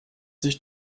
sich